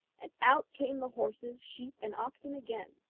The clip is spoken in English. and out came the horses, sheep, and oxen again.